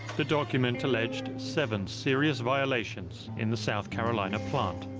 the document alleged seven serious violations in the south carolina plant.